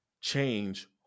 change